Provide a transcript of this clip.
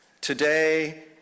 today